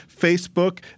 Facebook